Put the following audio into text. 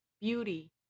beauty